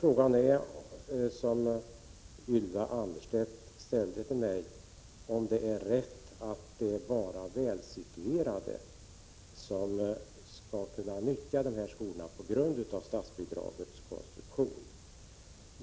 Ylva Annerstedt ställde frågan till mig om det är rätt att bara välsituerade skall kunna ha sina barn i de fristående skolorna, på grund av statsbidragets konstruktion.